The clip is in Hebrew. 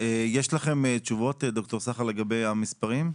יש לכם תשובות, ד"ר סחר, לגבי המספרים?